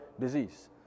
disease